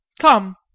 Come